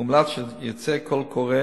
הומלץ שיצא קול קורא